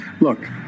look